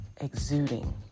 exuding